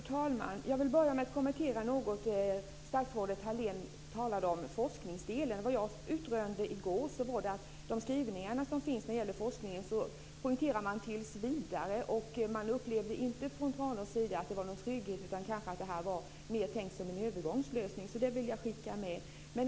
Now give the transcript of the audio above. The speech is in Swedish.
Fru talman! Jag vill börja med att något kommentera det som statsrådet Thalén talade om när det gäller forskningsdelen. Jag utrönte i går att i de skrivningar som finns om forskningen poängterar man uttrycket "tills vidare". I Tranås upplevde man inte att detta var någon trygghet, utan att det mer var tänkt som en övergångslösning. Detta vill jag alltså skicka med.